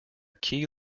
key